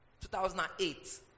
2008